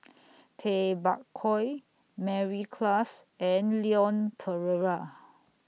Tay Bak Koi Mary Klass and Leon Perera